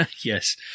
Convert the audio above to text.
Yes